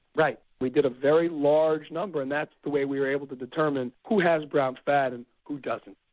right, we did a very large number and that's the way we were able to determine who has brown fat and who doesn't.